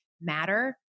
matter